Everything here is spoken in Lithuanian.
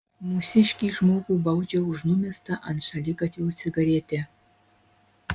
mūsiškį žmogų baudžia už numestą ant šaligatvio cigaretę